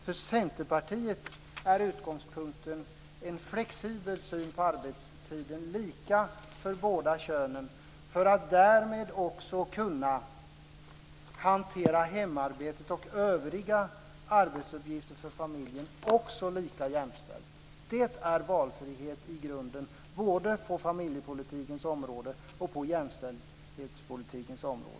För Centerpartiet är utgångspunkten en flexibel syn på arbetstiden, lika för båda könen, för att de därmed ska kunna hantera hemarbetet och övriga arbetsuppgifter för familjen lika jämställt. Det är valfrihet i grunden både på familjepolitikens område och på jämställdhetspolitikens område.